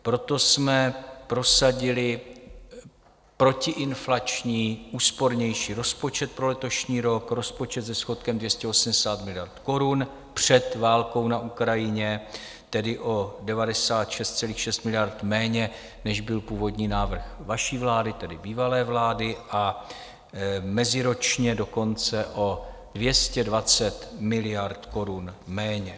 Proto jsme prosadili protiinflační úspornější rozpočet pro letošní rok, rozpočet se schodkem 280 miliard korun před válkou na Ukrajině, tedy o 96,6 miliard méně, než byl původní návrh vaší vlády, tedy bývalé vlády, a meziročně dokonce o 220 miliard korun méně.